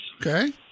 Okay